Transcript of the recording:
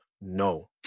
No